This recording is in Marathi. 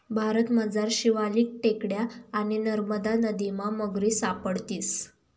भारतमझार शिवालिक टेकड्या आणि नरमदा नदीमा मगरी सापडतीस